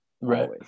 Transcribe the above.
right